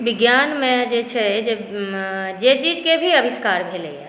विज्ञानमे जे छै जे चीज़के भी आविष्कार भेलै हँ